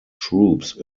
troops